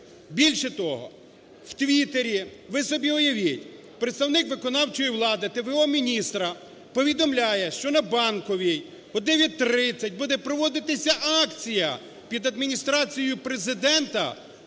Більше того, в Тwitter, ви собі уявіть, представник виконавчої влади т.в.о. міністра повідомляє, що на Банковій о 9:30 буде проводитися акція під Адміністрацією Президента